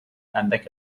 اندک